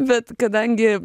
bet kadangi